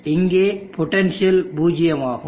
எனவே இங்கே பொட்டன்ஷியல் பூஜ்ஜியமாகும்